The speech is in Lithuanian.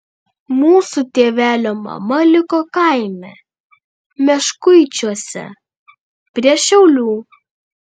mūsų tėvelio mama liko kaime meškuičiuose prie šiaulių